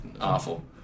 awful